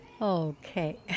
Okay